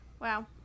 Wow